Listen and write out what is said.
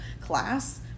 class